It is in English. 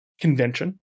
convention